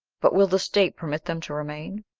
but will the state permit them to remain?